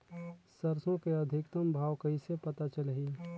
सरसो के अधिकतम भाव कइसे पता चलही?